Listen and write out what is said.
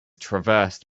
traversed